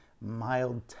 mild